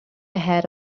ahead